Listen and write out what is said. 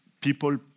people